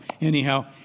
anyhow